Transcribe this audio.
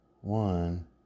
one